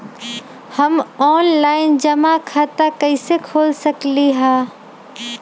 हम ऑनलाइन जमा खाता कईसे खोल सकली ह?